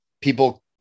People